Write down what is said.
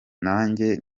nanjye